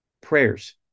prayers